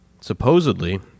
Supposedly